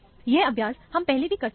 यह एक्सरसाइज हम पहले भी कर चुके हैं